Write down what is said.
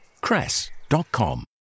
cress.com